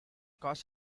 costs